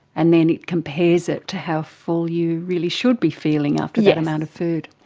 and then it compares it to how full you really should be feeling after that amount of food.